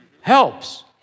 helps